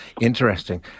Interesting